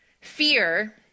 fear